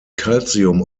calcium